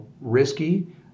risky